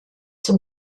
zum